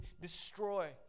destroy